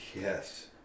Yes